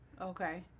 Okay